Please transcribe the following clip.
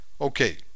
Okay